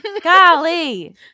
Golly